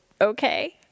okay